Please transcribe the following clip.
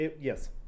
Yes